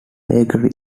bakery